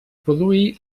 produir